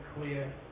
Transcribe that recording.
clear